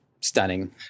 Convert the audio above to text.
stunning